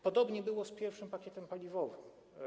Podobnie było z pierwszym pakietem paliwowym.